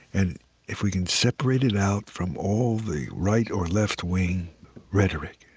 and if we can separate it out from all the right or left-wing rhetoric,